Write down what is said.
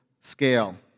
scale